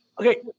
Okay